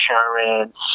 insurance